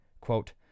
Quote